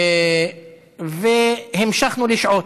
והמשכנו לשעוט.